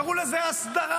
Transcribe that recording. קראו לזה הסדרה,